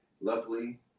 Luckily